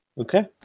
Okay